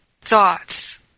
thoughts